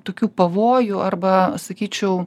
tokių pavojų arba sakyčiau